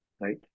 right